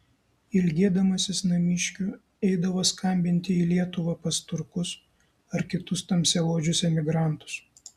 ilgėdamasis namiškių eidavo skambinti į lietuvą pas turkus ar kitus tamsiaodžius emigrantus